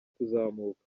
kuzamuka